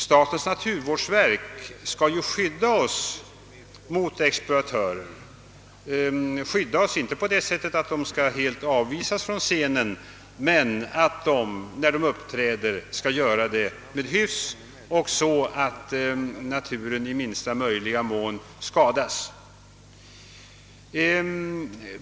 Statens naturvårdsverk skall ju skydda oss mot exploatörer — skydda oss inte på det sättet att exploatörerna helt avvisas från scenen men så att de, när de uppträder, gör det med hyfs och på ett sådant sätt att naturen i minsta möjliga mån skadas.